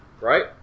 right